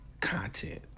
content